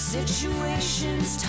Situations